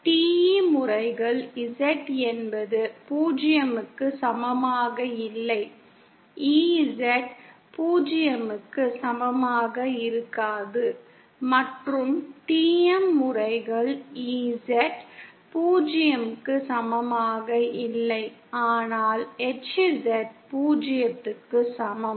TE முறைகள் Z என்பது 0 க்கு சமமாக இல்லை EZ 0 க்கு சமமாக இருக்காது மற்றும் TM முறைகள் EZ 0 க்கு சமமாக இல்லை ஆனால் HZ 0 க்கு சமம்